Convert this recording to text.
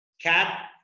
cat